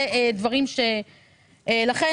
לכן